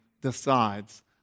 decides